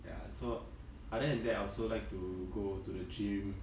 ya so other than that I also like to go to the gym